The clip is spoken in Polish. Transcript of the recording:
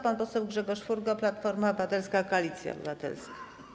Pan poseł Grzegorz Furgo, Platforma Obywatelska - Koalicja Obywatelska.